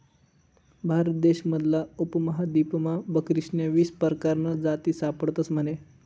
भारत देश मधला उपमहादीपमा बकरीस्न्या वीस परकारन्या जाती सापडतस म्हने